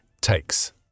takes